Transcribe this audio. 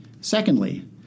Secondly